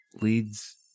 Leads